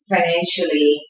Financially